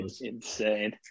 Insane